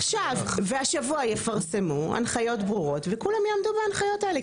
והשבוע יפרסמו הנחיות ברורות וכולם יעמדו בהנחיות האלה,